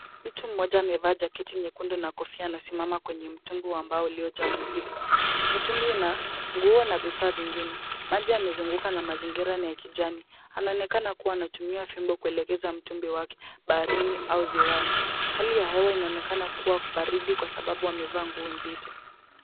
Mtu mmoja amevaa jeketi nyekundu na kofia anasimama kwenye mtumbwi wa mbao uliojaa mizigo. Mtumbwi una nguo na vifaa vingine. Maji yemezunguk na mazingira ni ya kijani. Anaonekana kuwa anatuma fimbo kuelekeza mtumbwi wake baharini au ziwani. Hali ya hewa inaonekana kuwa baridi kwa sababu amevaa nguo mzito.